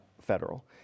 federal